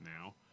now